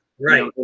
right